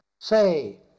say